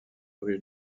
riches